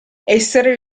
essere